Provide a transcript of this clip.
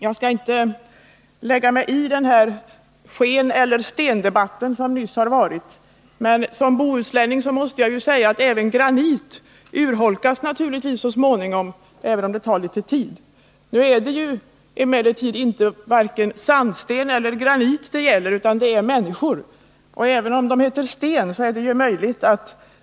Jag skall inte lägga mig i den skeneller stendebatt som nyss förekom, men som bohuslänning måste jag säga att också granit naturligtvis urholkas så småningom, även om det tar litet tid. Nu är det emellertid varken sandsten eller granit det gäller utan människor. Även om någon heter Sten är det väl möjligt att någonting händer.